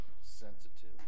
sensitive